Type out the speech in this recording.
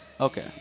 Okay